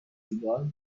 سیگال